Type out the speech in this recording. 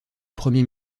premier